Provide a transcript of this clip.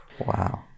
Wow